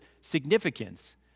significance